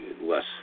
less